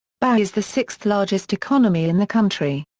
bahia is the sixth largest economy in the country.